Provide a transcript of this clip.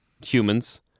humans